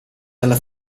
della